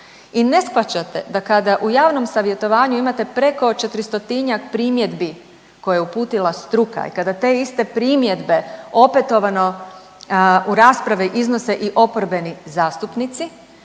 i ne shvaćate da kada u javnom savjetovanju imate preko 400-njak primjedbi koje je uputila struka i kada te iste primjedbe opetovano u rasprave iznose i oporbene zastupnici